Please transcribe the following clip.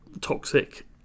toxic